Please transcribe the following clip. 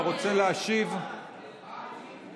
אתה רוצה להשיב למתנגדים?